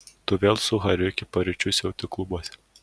tu vėl su hariu iki paryčių siauti klubuose